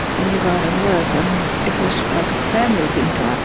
and you go out and work and it was like a family thing to ah